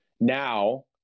Now